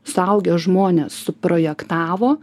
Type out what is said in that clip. suaugę žmonės suprojektavo